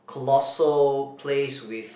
colossal place with